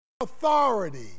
authority